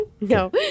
No